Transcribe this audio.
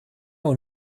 und